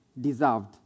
deserved